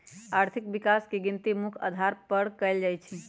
आर्थिक विकास के गिनती मुख्य अधार पर कएल जाइ छइ